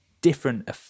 different